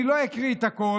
אני לא אקריא את הכול,